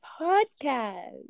podcast